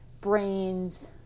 brains